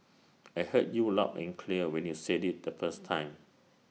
I heard you loud and clear when you said IT the first time